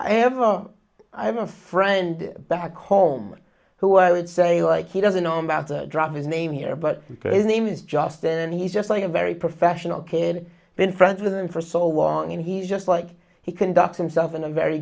ever i have a friend back home who i would say like he doesn't know about to drop his name here but his name is justin and he's just like a very professional kid been friends with him for so long and he just like he conducts himself in a very